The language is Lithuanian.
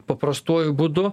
paprastuoju būdu